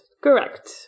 Correct